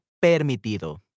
permitido